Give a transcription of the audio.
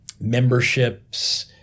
memberships